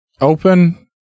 open